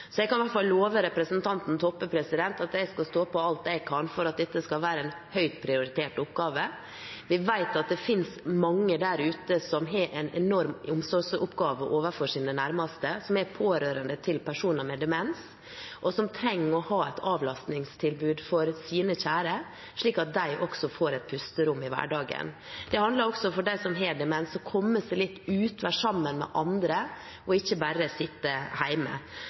Så jeg kan i hvert fall love representanten Toppe at jeg skal stå på alt jeg kan for at dette skal være en høyt prioritert oppgave. Vi vet at det finnes mange der ute som har en enorm omsorgsoppgave overfor sine nærmeste, som er pårørende til personer med demens, og som trenger å ha et avlastningstilbud for sine kjære, slik at de får et pusterom i hverdagen. Det handler også om at de som har demens, får komme seg litt ut, være sammen med andre og ikke bare sitte